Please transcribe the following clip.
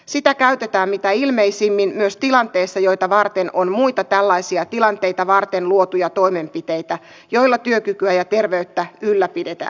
sitä käytetään mitä ilmeisimmin myös tilanteissa joita varten on muita tällaisia tilanteita varten luotuja toimenpiteitä joilla työkykyä ja terveyttä ylläpidetään